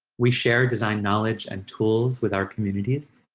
we share design knowledge and tools with our communities